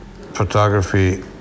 photography